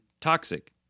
toxic